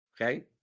Okay